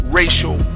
racial